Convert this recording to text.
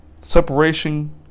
Separation